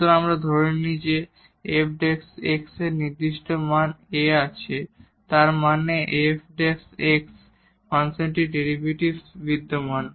সুতরাং আমরা ধরে নিই যে f এর নির্দিষ্ট মান A আছে তার মানে এই f বা ফাংশনটির ডেরিভেটিভ বিদ্যমান